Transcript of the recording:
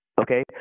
okay